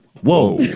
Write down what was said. Whoa